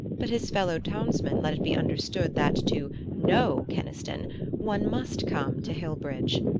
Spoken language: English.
but his fellow-townsmen let it be understood that to know keniston one must come to hillbridge.